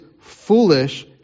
foolish